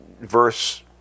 verse